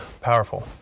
powerful